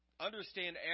Understand